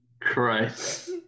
Christ